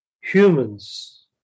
humans